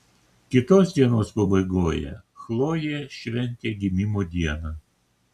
kitos dienos pabaigoje chlojė šventė gimimo dieną